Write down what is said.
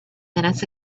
minutes